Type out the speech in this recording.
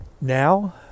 now